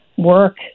work